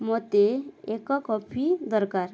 ମୋତେ ଏକ କଫି ଦରକାର